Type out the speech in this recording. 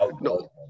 No